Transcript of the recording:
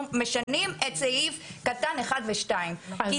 אנחנו משנים את סעיף קטן (1) ו-(2) כי